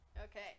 Okay